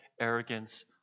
arrogance